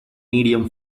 medium